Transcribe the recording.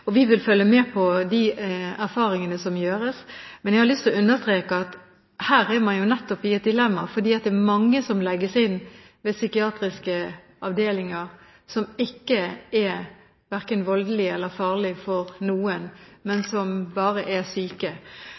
dette. Vi vil følge med på de erfaringene som gjøres. Men jeg har lyst til å understreke at her er man i et dilemma, for det er mange som legges inn ved psykiatriske avdelinger som verken er voldelige eller farlige for noen. De er bare syke,